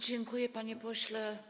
Dziękuję, panie pośle.